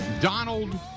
Donald